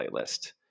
playlist